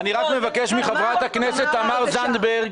אני רק מבקש מחברת הכנסת תמר זנדברג,